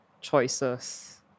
choices